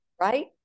right